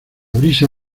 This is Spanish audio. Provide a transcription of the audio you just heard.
brisa